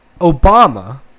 Obama